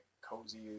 cozy